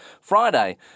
Friday